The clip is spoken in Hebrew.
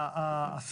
פה.